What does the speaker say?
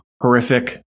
horrific